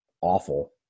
awful